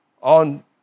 on